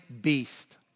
beast